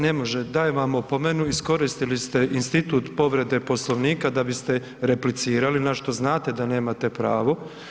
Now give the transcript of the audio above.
Ne može, dajem vam opomenu, iskoristili ste institut povrede Poslovnika da biste replicirali, na što znate da nemate pravo.